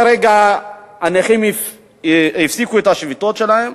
כרגע הנכים הפסיקו את השביתות שלהם